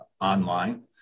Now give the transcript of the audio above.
online